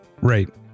Right